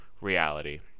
reality